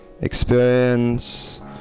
experience